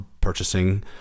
purchasing